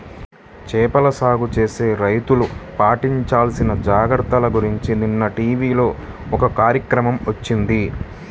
చేపల సాగు చేసే రైతులు పాటించాల్సిన జాగర్తల గురించి నిన్న టీవీలో ఒక కార్యక్రమం వచ్చింది